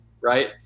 right